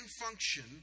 function